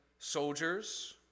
Soldiers